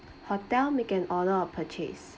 hotel make an order of purchase